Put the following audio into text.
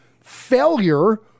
failure